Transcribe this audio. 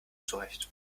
zurecht